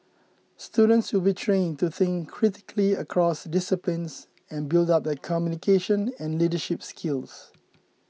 students will be trained to think critically across disciplines and build up their communication and leadership skills